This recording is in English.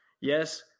yes